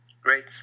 Great